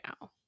now